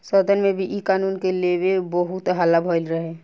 सदन में भी इ कानून के लेके बहुत हल्ला भईल रहे